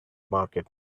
market